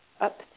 up